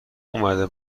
اومده